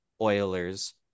Oilers